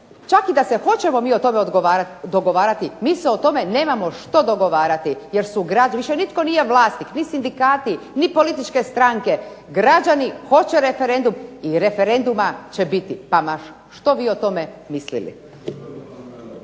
čak i da se hoćemo o tome dogovarati mi se o tome nemamo što dogovarati jer su, više nitko nije vlasnik ni sindikati, ni političke stranke, građani hoće referendum i referenduma će biti, pa ma što vi o tome mislili.